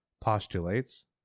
postulates